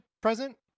present